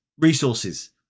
resources